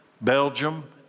Belgium